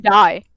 die